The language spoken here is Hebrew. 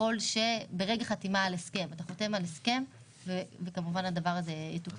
ברגע חתימה על הסכם, אתה חותם על הסכם וזה יתוקצב.